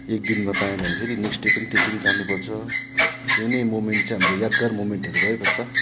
एक दिनमा पाएन भने फेरि नेक्स्ट पनि त्यसरी जानुपर्छ त्यो नै मोमेन्ट चाहिँ हाम्रो यादगार मोमेन्टहरू भइबस्छ